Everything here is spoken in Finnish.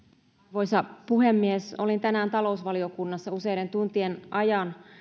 arvoisa puhemies olin tänään talousvaliokunnassa useiden tuntien ajan